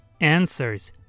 Answers